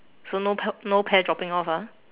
so no pear no pear dropping off ah